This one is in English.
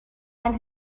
and